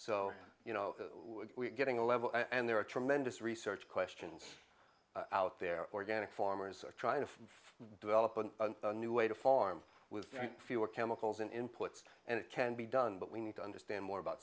so you know we're getting a level and there are tremendous research questions out there organic farmers are trying to develop a new way to farm with fewer chemicals and inputs and it can be done but we need to understand more about